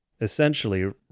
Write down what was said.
essentially